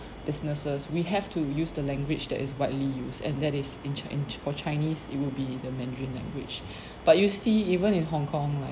businesses we have to use the language that is widely used and that is in china for chinese it will be the mandarin language but you see even in hong-kong like